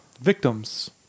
victims